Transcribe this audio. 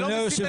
אני לא משמיץ.